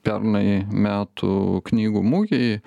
pernai metų knygų mugėj